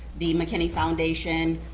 the mckinney foundation,